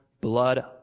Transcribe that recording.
blood